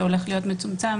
שהולך להיות מצומצם,